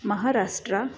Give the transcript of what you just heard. Maharashtra